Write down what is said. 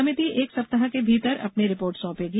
समिति एक सप्ताह के भीतर अपनी रिपोर्ट सौंपेगी